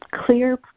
clear